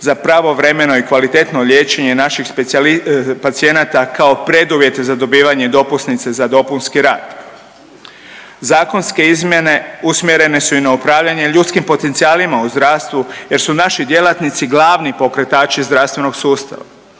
za pravovremeno i kvalitetno liječenje naših pacijenata kao preduvjet za dobivanje dopusnice za dopunski rad. Zakonske izmjene usmjerene su i na upravljanje ljudskim potencijalima u zdravstvu, jer su naši djelatnici glavni pokretači zdravstvenog sustava.